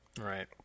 Right